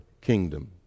kingdom